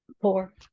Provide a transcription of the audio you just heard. Four